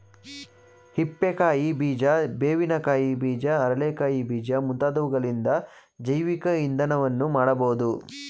ಹಿಪ್ಪೆ ಕಾಯಿ ಬೀಜ, ಬೇವಿನ ಕಾಯಿ ಬೀಜ, ಅರಳೆ ಕಾಯಿ ಬೀಜ ಮುಂತಾದವುಗಳಿಂದ ಜೈವಿಕ ಇಂಧನವನ್ನು ಮಾಡಬೋದು